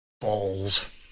Balls